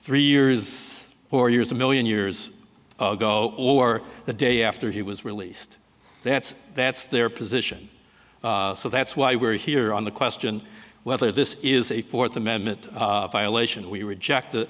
three years four years a million years ago or the day after he was released that's that's their position so that's why we're here on the question whether this is a fourth amendment violation we reject